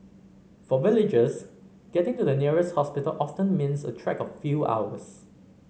for villagers getting to the nearest hospital often means a trek of a few hours